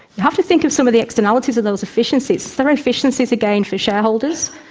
you have to think of some of the externalities of those efficiencies. there are efficiencies, again, for shareholders,